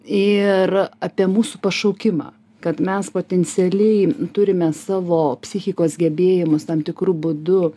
ir apie mūsų pašaukimą kad mes potencialiai turime savo psichikos gebėjimus tam tikru būdu